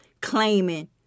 claiming